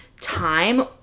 time